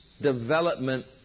development